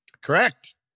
Correct